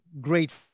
great